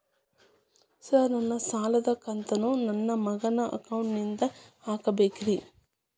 Sir ನನ್ನ ಸಾಲದ ಕಂತನ್ನು ನನ್ನ ಮಗನ ಅಕೌಂಟ್ ನಿಂದ ಹಾಕಬೇಕ್ರಿ?